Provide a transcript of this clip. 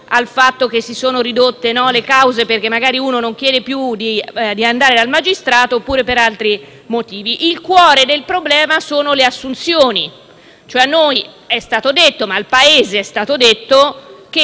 Il cuore del problema sono le assunzioni